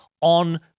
on